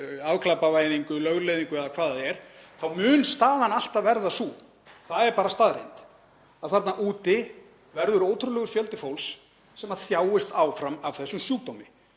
afglæpavæðingu, lögleiðingu eða hvað það er, þá mun staðan alltaf verða sú — það er bara staðreynd — að þarna úti verður ótrúlegur fjöldi fólks sem þjáist áfram af þessum sjúkdómi.